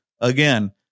Again